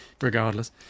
regardless